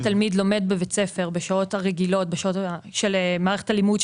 אם התלמיד לומד בבית הספר בשעות הרגילות של מערכת הלימוד,